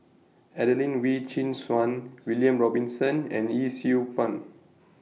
Adelene Wee Chin Suan William Robinson and Yee Siew Pun